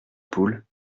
poule